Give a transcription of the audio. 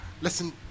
listen